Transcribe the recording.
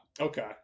Okay